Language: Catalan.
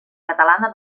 catalana